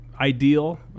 ideal